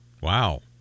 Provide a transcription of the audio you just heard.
wow